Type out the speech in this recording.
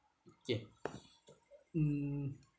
K mm